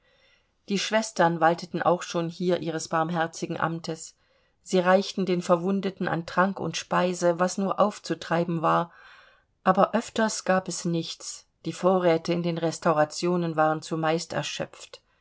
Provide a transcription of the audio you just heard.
die schwestern walteten auch schon hier ihres barmherzigen amtes sie reichten den verwundeten an trank und speise was nur aufzutreiben war aber öfters gab es nichts die vorräte in den restaurationen waren zumeist erschöpft